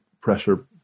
pressure